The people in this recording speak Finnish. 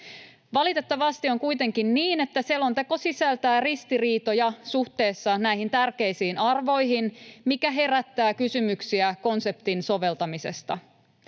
Valitettavasti on kuitenkin niin, että selonteko sisältää ristiriitoja suhteessa näihin tärkeisiin arvoihin, mikä herättää kysymyksiä konseptin soveltamisesta.